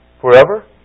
Forever